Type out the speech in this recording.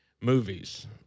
movies